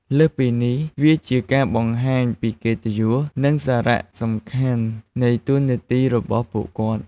លើសពីនេះ វាជាការបង្ហាញពីកិត្តិយស និងសារៈសំខាន់នៃតួនាទីរបស់ពួកគាត់។